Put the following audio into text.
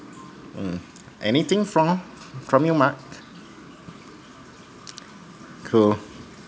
mm anything from from you mark cool